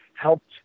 helped